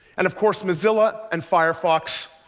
and of course mozilla and firefox,